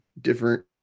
different